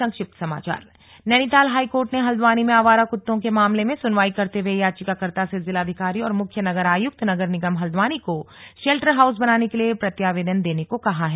संक्षिप्त समाचार नैनीताल हाईकोर्ट ने हल्द्वानी में आवारा कुत्तों के मामले में सुनवाई करते हुए याचिकाकर्ता से जिलाधिकारी और मुख्य नगर आयुक्त नगर निगम हल्द्वानी को शेल्टर हाउस बनाने के लिए प्रत्यावेदन देने को कहा है